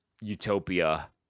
utopia